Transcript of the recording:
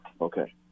Okay